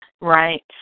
right